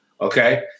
Okay